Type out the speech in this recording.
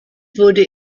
wurde